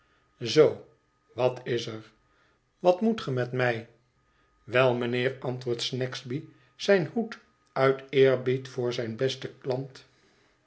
zoo wat is er wat moet ge met mij wel mijnheer antwoordt snagsby zijn hoed uit eerbied voor zijn besten klant